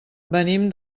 venim